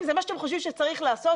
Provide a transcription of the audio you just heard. זה מה שאתם חושבים שצריך לעשות?